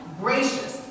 gracious